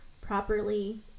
properly